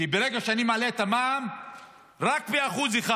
כי ברגע שאני מעלה את המע"מ רק ב-1%